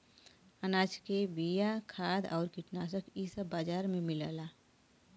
अनाज के बिया, खाद आउर कीटनाशक इ सब बाजार में मिलला